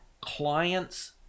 client's